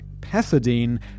pethidine